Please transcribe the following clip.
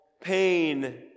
pain